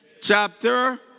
Chapter